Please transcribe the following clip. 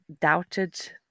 doubted